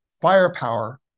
firepower